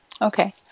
Okay